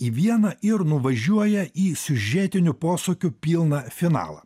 į vieną ir nuvažiuoja į siužetinių posūkių pilną finalą